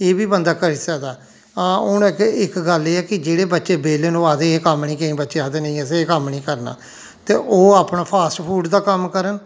एह् बी बंदा करी सकदा हां हून अग्गें इक गल्ल एह् ऐ कि जेहड़े बच्चे बेह्ल्ले न ओह् आखदे एह् कम्म निं किश बच्चे आखदे नेईं असें एह् कम्म निं करना ते ओह् अपना फास्ट फूड दा कम्म करन